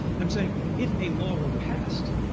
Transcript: i'm saying if a law were past,